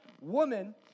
woman